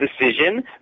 decision